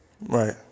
Right